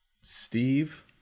Steve